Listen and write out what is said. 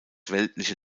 weltliche